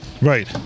Right